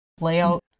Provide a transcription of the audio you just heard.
layout